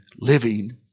living